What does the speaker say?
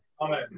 Amen